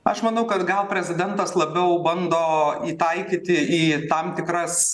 aš manau kad gal prezidentas labiau bando įtaikyti į tam tikras